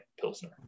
pilsner